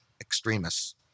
extremists